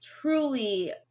truly